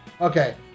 okay